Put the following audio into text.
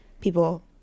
people